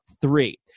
three